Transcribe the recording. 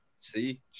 See